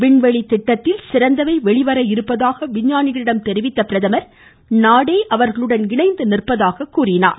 விண்வெளி திட்டத்தில் இன்னும் சிறந்தவை வெளிவர இருப்பதாக விஞ்ஞானிகளிடம் தெரிவித்த பிரதமர் நாடே அவர்களுடன் இணைந்து நிற்பதாக குறிப்பிட்டார்